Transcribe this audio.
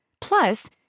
Plus